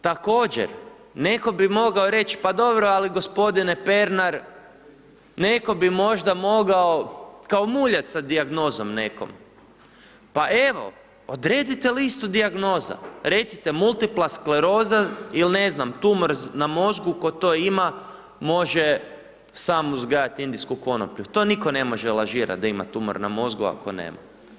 Također neko bi mogao reći pa dobro ali gospodine Pernar neko bi možda mogao kao muljat sa dijagnozom nekom, pa evo odredite listu dijagnoza recite multiplaskleroza ili ne znam tumor na mozgu ko to ima može sam uzgajati indijsku konoplju, to nitko ne može lažirat da ima tumor na mozgu, ako nema.